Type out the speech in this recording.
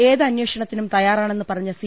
ഏത് അനേഷണത്തിനും തയ്യാറാണെന്ന് പറഞ്ഞ സി